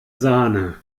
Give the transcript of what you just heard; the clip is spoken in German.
sahne